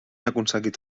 aconseguit